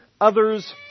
others